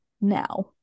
now